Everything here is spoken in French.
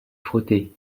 frotter